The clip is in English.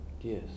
Yes